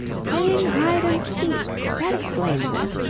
playing hide-and-seek? that explains it.